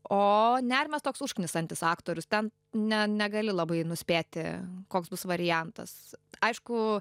o nerimas toks užknisantis aktorius ten ne negali labai nuspėti koks bus variantas aišku